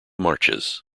marches